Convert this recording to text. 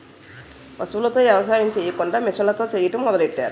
పశువులతో ఎవసాయం సెయ్యకుండా మిసన్లతో సెయ్యడం మొదలెట్టారు